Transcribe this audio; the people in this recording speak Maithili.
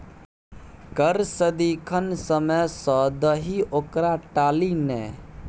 कर सदिखन समय सँ दही ओकरा टाली नै